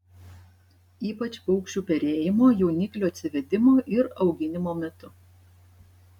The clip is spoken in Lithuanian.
ypač paukščių perėjimo jauniklių atsivedimo ir auginimo metu